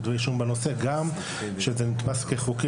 גם כשזה נתפס כחוקי,